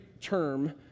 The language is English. term